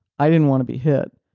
i didn't want to be hit.